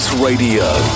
Radio